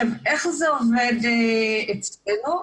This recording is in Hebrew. איך זה עובד אצלנו?